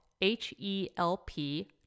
H-E-L-P